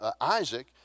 Isaac